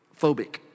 phobic